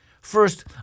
First